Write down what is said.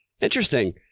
Interesting